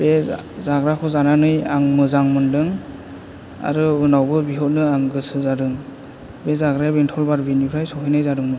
बे जाग्राखौ जानानै आं मोजां मोनदों आरो उनावबो बिहरनो आं गोसो जादों बे जाग्राया बेंथल बारबिनिफ्राय सहैनाय जादोंमोन